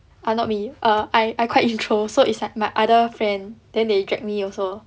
err not me err I I quite intro so it's like my other friend then they drag me also